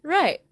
right